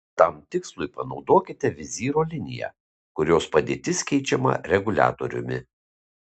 tam tikslui panaudokite vizyro liniją kurios padėtis keičiama reguliatoriumi